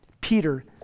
Peter